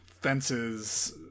fences